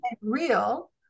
real